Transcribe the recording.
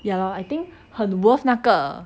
ya lor I think 很 worth 那个